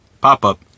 pop-up